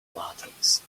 mountains